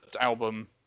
album